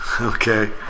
Okay